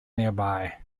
nearby